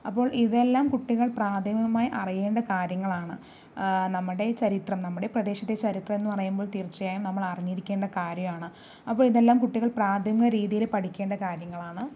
അപ്പോൾ ഇതെല്ലാം കുട്ടികൾ പ്രാഥമികമായി അറിയേണ്ട കാര്യങ്ങളാണ് നമ്മുടെ ചരിത്രം നമ്മുടെ പ്രദേശത്തെ ചരിത്രം എന്ന് പറയുമ്പോൾ തീർച്ചയായും നമ്മൾ അറിഞ്ഞിരിക്കേണ്ട കാര്യങ്ങളാണ് അപ്പൊ ഇതെല്ലാം കുട്ടികൾ പ്രാഥമിക രീതിയിൽ പഠിക്കേണ്ട കാര്യങ്ങളാണ്